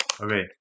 Okay